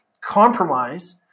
compromise